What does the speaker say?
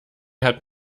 hat